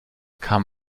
kam